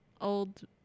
Old